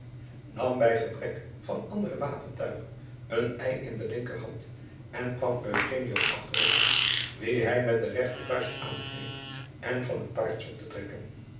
nam bij gebrek van ander wapentuig een ei in de linkerhand en kwam eugenio achter op wien hij met de rechtervuist aangreep en van het paard zocht te trekken